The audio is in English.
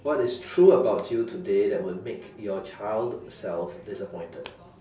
what is true about you today that would make your child self disappointed